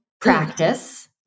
practice